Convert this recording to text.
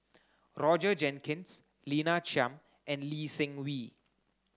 Roger Jenkins Lina Chiam and Lee Seng Wee